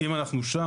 האם אנחנו שם?